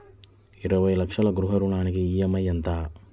ఇరవై లక్షల గృహ రుణానికి ఈ.ఎం.ఐ ఎంత?